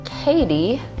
Katie